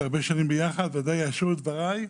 כבר הרבה שנים יחד בוודאי יאשרו את דבריי.